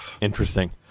Interesting